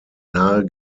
nahe